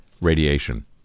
radiation